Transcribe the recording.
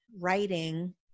writing